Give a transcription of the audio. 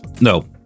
No